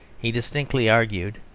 he distinctly argued,